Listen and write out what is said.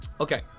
Okay